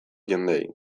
jendeei